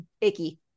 icky